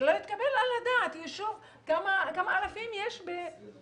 לא מתקבל על הדעת, יישוב כמה אלפים יש ביישוב?